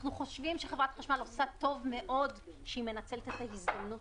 אנחנו חושבים שחברת החשמל עושה טוב מאוד כשהיא מנצלת את ההזדמנות